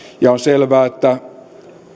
ja on selvää että